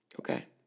Okay